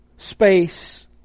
Space